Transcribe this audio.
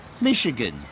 Michigan